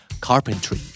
Carpentry